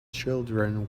children